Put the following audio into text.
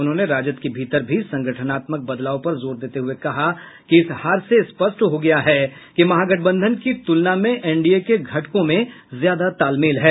उन्होंने राजद के भीतर भी संगठनात्मक बदलाव पर जोर देते हुए कहा कि इस हार से स्पष्ट हो गया है कि महागठबंधन की तुलना में एनडीए के घटकों में ज्यादा तालमेल है